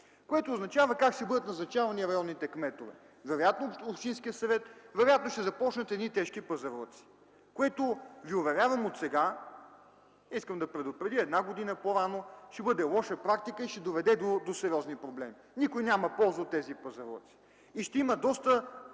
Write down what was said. което означава как ще бъдат назначавани районните кметове – вероятно от общинския съвет. Вероятно ще започнат тежки пазарлъци, което ви уверявам отсега, искам да предупредя една година по-рано, ще бъде лоша практика и ще доведе до сериозни проблеми. Никой няма полза от тези пазарлъци